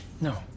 No